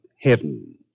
heaven